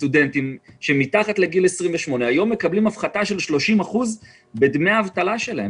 סטודנטים שהם מתחת לגיל 28 היום מקבלים הפחתה של 30% בדמי האבטלה שלהם.